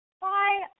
Bye